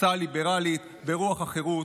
הצעה ליברלית ברוח החירות,